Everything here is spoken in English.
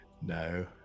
No